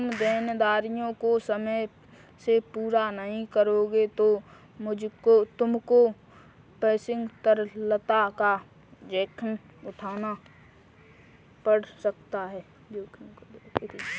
तुम देनदारियों को समय से पूरा नहीं करोगे तो तुमको फंडिंग तरलता का जोखिम उठाना पड़ सकता है